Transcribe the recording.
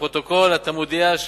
לפרוטוקול, אתה מודיע,